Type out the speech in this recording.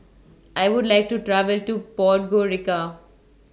I Would like to travel to Podgorica